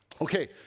Okay